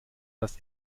das